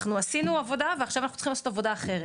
אנחנו עשינו עבודה ועכשיו אנחנו צריכים לעשות עבודה אחרת.